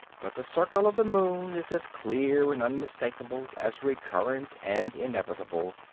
but the circle of the moon is as clear and unmistakable, as recurrent and inevitable,